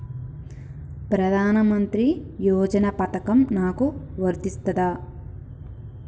ప్రధానమంత్రి యోజన పథకం నాకు వర్తిస్తదా?